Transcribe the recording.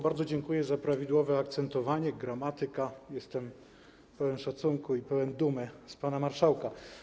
Bardzo dziękuję za prawidłowe akcentowanie: Gramatyka, jestem pełen szacunku i pełen dumy z pana marszałka.